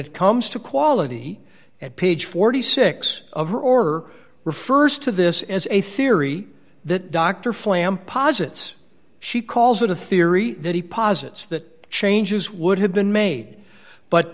it comes to quality at page forty six of her order refers to this as a theory that dr flamm posits she calls it a theory that he posits that changes would have been made but